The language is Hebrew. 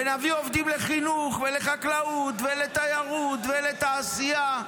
ונביא עובדים לחינוך, לחקלאות, לתיירות ולתעשייה.